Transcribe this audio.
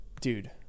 dude